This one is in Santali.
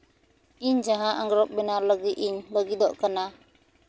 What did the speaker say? ᱤᱧ ᱡᱟᱦᱟᱸ ᱟᱝᱨᱚᱵᱽ ᱵᱮᱱᱟᱣ ᱞᱟᱹᱜᱤᱫ ᱤᱧ ᱞᱟᱹᱜᱤᱫᱚᱜ ᱠᱟᱱᱟ